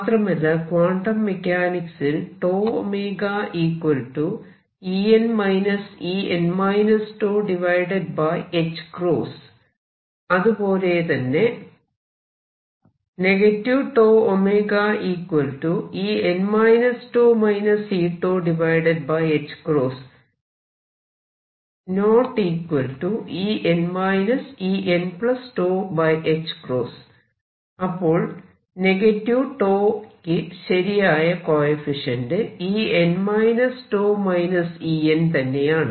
മാത്രമല്ല ക്വാണ്ടം മെക്കാനിക്സിൽ അതുപോലെ തന്നെ അപ്പോൾ τ യ്ക്ക് ശരിയായ കോയെഫിഷ്യന്റ് En τ En തന്നെയാണ്